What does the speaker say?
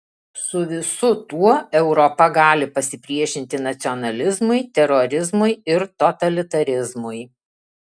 su visu tuo europa gali pasipriešinti nacionalizmui terorizmui ir totalitarizmui